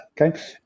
Okay